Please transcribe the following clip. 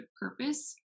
purpose